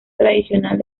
tradicional